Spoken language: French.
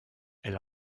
elle